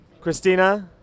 Christina